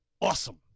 awesome